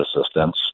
assistance